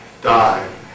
die